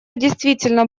действительно